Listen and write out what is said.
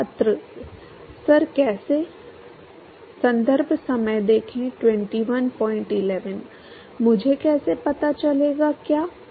मुझे कैसे पता चलेगा क्या